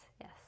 yes